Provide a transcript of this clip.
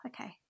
okay